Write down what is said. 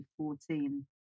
2014